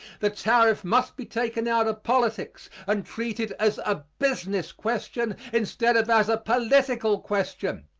the tariff must be taken out of politics and treated as a business question instead of as a political question.